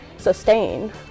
sustain